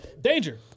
Danger